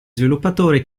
sviluppatori